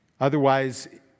Otherwise